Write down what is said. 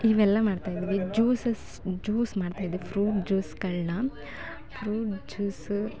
ಇವೆಲ್ಲ ಮಾಡ್ತಾಯಿದ್ವಿ juices juice ಮಾಡ್ತಾಯಿದ್ದೆ ಫ್ರೂಟ್ ಜ್ಯೂಸುಗಳ್ನ ಫ್ರೂಟ್ ಜ್ಯೂಸು